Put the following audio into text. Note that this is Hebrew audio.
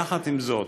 יחד עם זאת,